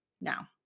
Now